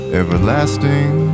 everlasting